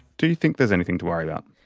do you think there's anything to worry about?